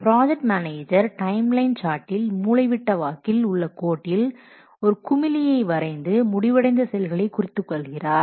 project manager time line சார்ட்டில் முளைவிட்ட வாக்கில் உள்ளகோட்டில் ஒரு குமிழியை வரைந்து முடிவடைந்த செயல்களை குறித்துக் கொள்கிறார்